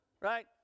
Right